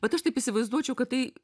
bet aš taip įsivaizduočiau kad tai